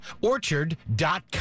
Orchard.com